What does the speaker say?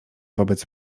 wobec